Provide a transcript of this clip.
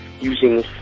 using